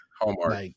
Hallmark